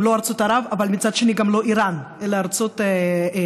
לא ארצות ערב אבל מצד שני גם לא איראן אלא ארצות מוסלמיות